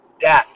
death